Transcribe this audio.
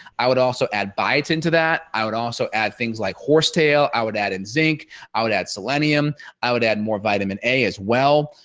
i would also add bites into that. i would also add things like horse tail i would add in zinc i would add selenium i would add more vitamin a as well.